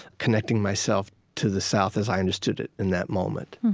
connecting myself to the south as i understood it in that moment